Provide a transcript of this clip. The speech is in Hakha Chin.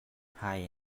hai